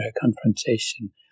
confrontation